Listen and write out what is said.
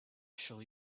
shall